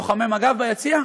לוחמי מג"ב ביציע?